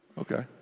okay